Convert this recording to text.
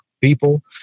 people